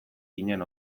ginen